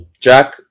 jack